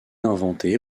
inventé